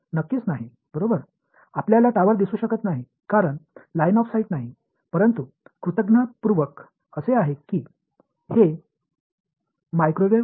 நிச்சயமாக முடியாது நீங்கள் கோபுரத்தைப் பார்க்க நேரடி பார்வை அங்கு இல்லை ஆனால் அதிர்ஷ்டவசமாக இது ஒளி அல்ல இது ஒரு மைக்ரோவேவ்